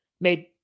made